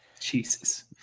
Jesus